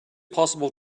possible